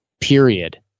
period